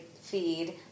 feed